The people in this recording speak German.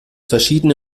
verschiedene